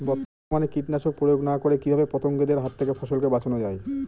বর্তমানে কীটনাশক প্রয়োগ না করে কিভাবে পতঙ্গদের হাত থেকে ফসলকে বাঁচানো যায়?